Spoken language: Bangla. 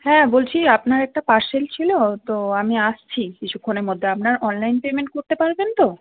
হ্যাঁ বলছি আপনার একটা পার্সেল ছিলো তো আমি আসছি কিছুক্ষণের মধ্যে আপনার অনলাইন পেমেন্ট করতে পারবেন তো